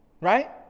right